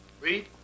Read